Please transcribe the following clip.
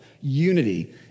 unity